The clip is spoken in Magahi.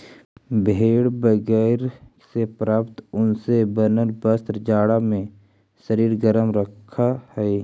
भेड़ बगैरह से प्राप्त ऊन से बनल वस्त्र जाड़ा में शरीर गरम रखऽ हई